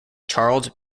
charles